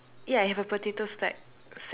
yeah I have a potato stack sack